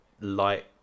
light